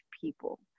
people